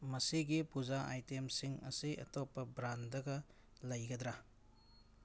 ꯃꯁꯤꯒꯤ ꯄꯨꯖꯥ ꯑꯥꯏꯇꯦꯝꯁꯤꯡ ꯑꯁꯤ ꯑꯇꯣꯄꯄ ꯕ꯭ꯔꯥꯟꯗꯒ ꯂꯩꯒꯗ꯭ꯔꯥ